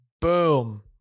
boom